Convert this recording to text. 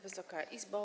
Wysoka Izbo!